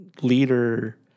leader